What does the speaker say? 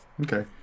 Okay